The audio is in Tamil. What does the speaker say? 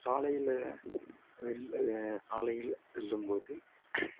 சாலையில் வெளில சாலையில் செல்லும் போது